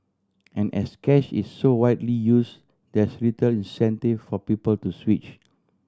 and as cash is so widely used there's little incentive for people to switch